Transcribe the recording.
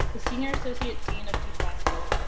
the senior associate dean of duke law school,